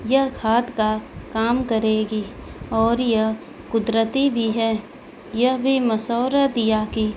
یہ کھاد کا کام کرے گی اور یہ قدرتی بھی ہے یہ بھی مشورہ دیا کہ